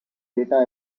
data